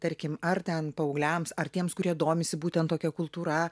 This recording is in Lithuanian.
tarkim ar ten paaugliams ar tiems kurie domisi būtent tokia kultūra